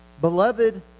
beloved